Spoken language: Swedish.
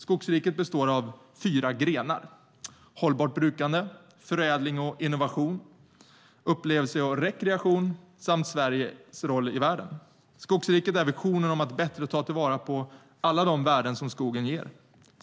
Skogsriket består av fyra grenar - hållbart brukande, förädling och innovation, upplevelse och rekreation samt Sveriges roll i världen. Skogsriket är visionen om att bättre ta till vara alla de värden som skogen ger.